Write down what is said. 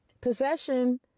Possession